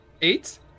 Eight